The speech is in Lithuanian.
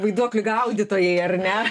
vaiduoklių gaudytojai ar ne